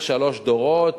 וגם בן ממשיך שלושה דורות.